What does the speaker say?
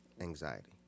anxiety